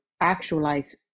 actualize